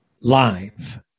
live